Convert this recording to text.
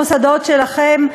המוסדות שלכם,